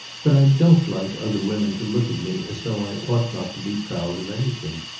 but i don't like other women to look at me as though i ought not to be proud of anything.